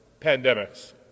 pandemics